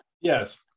Yes